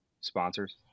sponsors